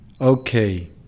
Okay